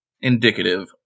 indicative